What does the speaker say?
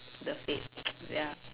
the fate ya